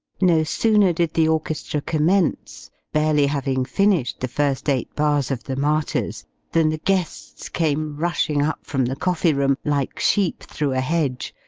no sooner did the orchestra commence barely having finished the first eight bars of the martyrs than the guests came rushing up from the coffee-room, like sheep through a hedge,